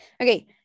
Okay